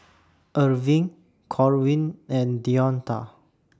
Erving Corwin and Deonta